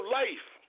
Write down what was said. life